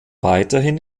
weiterhin